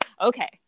okay